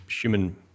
human